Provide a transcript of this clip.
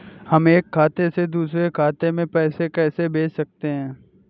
हम एक खाते से दूसरे खाते में पैसे कैसे भेज सकते हैं?